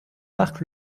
marc